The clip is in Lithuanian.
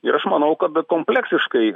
ir aš manau kad kompleksiškai